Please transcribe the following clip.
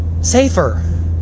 safer